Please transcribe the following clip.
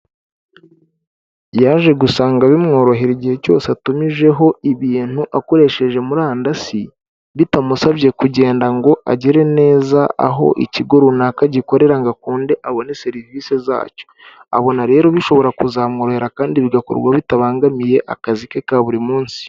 Yaje gusanga bimworohera igihe cyose atumijeho ibintu akoresheje murandasi ,bitamusabye kugenda ngo agere neza aho ikigo runaka gikorera ngo akunde abone serivisi zacyo, abona rero bishobora ku zamworohera kandi bigakorwa bitabangamiye akazi ke kaburi munsi.